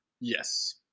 Yes